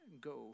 go